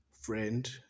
friend